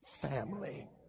family